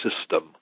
system